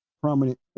prominent